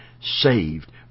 saved